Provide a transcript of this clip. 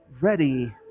ready